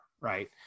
right